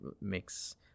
makes